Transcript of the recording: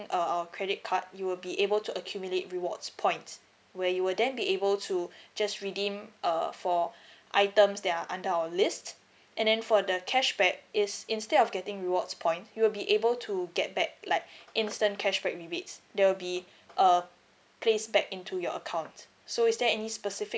err our credit card you will be able to accumulate rewards points where you will then be able to just redeem uh for items that are under our list and then for the cashback is instead of getting rewards points you will be able to get back like instant cashback rebates that will be uh placed back into your account so is there any specific